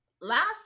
last